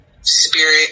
spirit